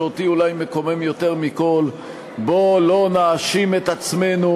שאותי אולי מקומם יותר מכול: בוא לא נאשים את עצמנו